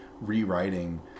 rewriting